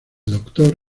doctor